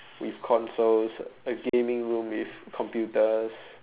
with consoles a gaming room with computers